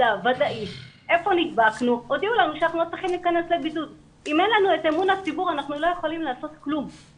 הדיון הזה אנחנו נקיים דיון המשך על הסוגיות